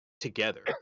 together